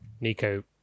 Nico